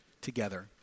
together